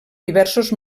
diversos